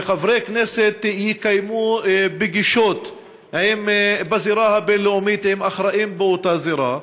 שחברי כנסת יקיימו פגישות בזירה הבין-לאומית עם אחראים באותה זירה.